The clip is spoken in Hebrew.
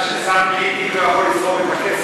אבל אתה יודע ששר בלתי תיק לא יכול לסחוב את הכסף.